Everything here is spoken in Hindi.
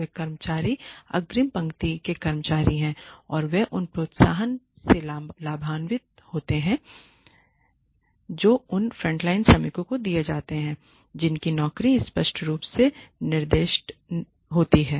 ये कर्मचारी अग्रिम पंक्ति के कर्मचारी हैं और वे उन प्रोत्साहनों से लाभान्वित नहीं होते हैं जो उन फ्रंटलाइन श्रमिकों को दिए जाते हैं जिनकी नौकरी स्पष्ट रूप से निर्दिष्ट होती है